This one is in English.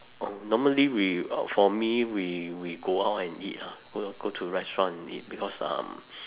oh normally we for me we we go out and eat ah go to restaurant and eat because um